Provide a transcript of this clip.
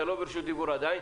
אתה לא ברשות דיבור עדיין.